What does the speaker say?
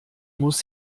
muss